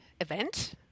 event